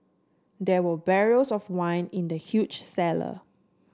there were barrels of wine in the huge cellar